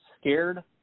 scared